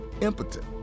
impotent